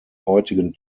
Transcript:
heutigen